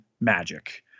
magic